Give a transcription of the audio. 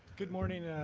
good morning,